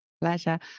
Pleasure